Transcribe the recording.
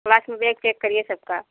class में bag check करिए सबका